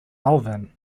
alvin